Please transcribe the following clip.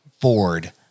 Ford